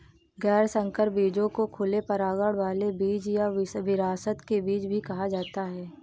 गैर संकर बीजों को खुले परागण वाले बीज या विरासत के बीज भी कहा जाता है